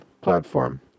platform